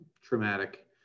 traumatic